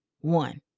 one